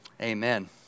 Amen